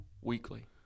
Weekly